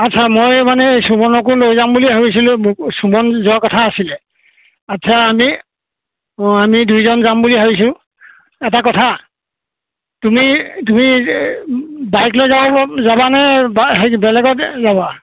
আচ্ছা মই মানে সুমনকো লৈ যাম বুলি ভাবিছিলোঁ ম সুমন যোৱা কথা আছিলে আচ্ছা আমি অঁ আমি দুইজন যাম বুলি ভাবিছোঁ এটা কথা তুমি তুমি বাইক লৈ যাব যাবানে হেৰি বেলেগত যাবা